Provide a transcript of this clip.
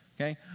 Okay